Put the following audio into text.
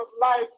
life